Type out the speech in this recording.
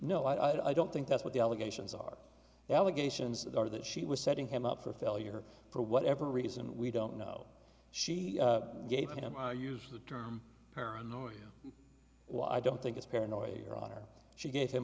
no i don't think that's what the allegations are allegations are that she was setting him up for failure for whatever reason we don't know she gave him i used the term paranoia well i don't think it's paranoia your honor she gave him